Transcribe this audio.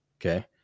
okay